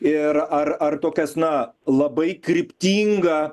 ir ar ar tokias na labai kryptingą